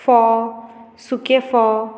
फोव सुके फोव